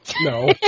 No